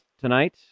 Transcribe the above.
tonight